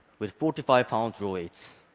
with forty five pound draw weights.